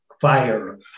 fire